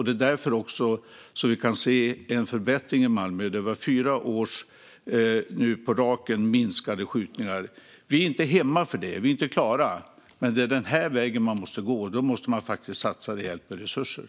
Det är också därför vi kan se en förbättring i Malmö; skjutningarna har nu minskat fyra år på raken. Vi är inte hemma för det - vi är inte klara. Men det är den här vägen vi måste gå, och då måste vi faktiskt satsa rejält med resurser.